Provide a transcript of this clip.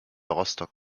rostock